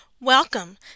Welcome